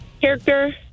character